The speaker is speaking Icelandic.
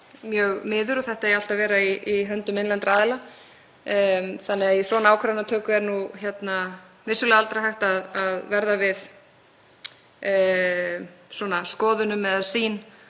mjög miður að þetta eigi allt að vera í höndum innlendra aðila, þannig að í svona ákvarðanatöku er vissulega aldrei hægt að verða við skoðunum eða sýn